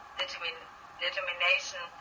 determination